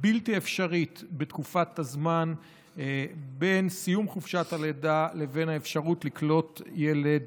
בלתי אפשרית בתקופה שבין סיום חופשת הלידה לבין האפשרות לקלוט ילד